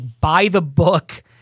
by-the-book